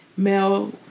male